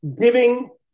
Giving